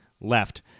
left